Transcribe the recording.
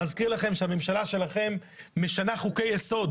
אני מזכיר לכם שהממשלה שלכם משנה חוקי-יסוד